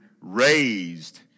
raised